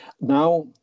Now